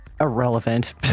irrelevant